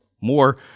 More